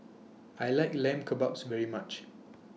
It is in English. I like Lamb Kebabs very much